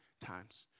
times